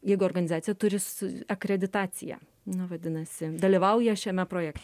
jeigu organizacija turi akreditaciją na vadinasi dalyvauja šiame projekte